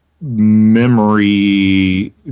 memory